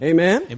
Amen